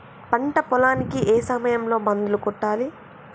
పంట పొలానికి ఏ సమయంలో మందులు కొట్టాలి?